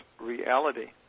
reality